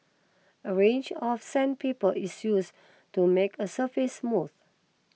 a range of sandpaper is use to make a surface smooth